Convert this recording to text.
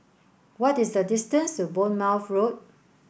what is the distance to Bournemouth Road